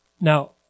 Now